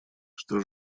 что